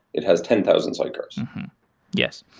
it has ten thousand sidecars yes.